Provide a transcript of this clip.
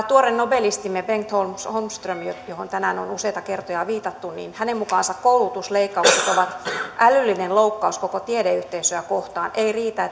tuoreen nobelistimme bengt holmströmin johon tänään on useita kertoja viitattu mukaan koulutusleikkaukset ovat älyllinen loukkaus koko tiedeyhteisöä kohtaan ei riitä